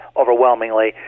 overwhelmingly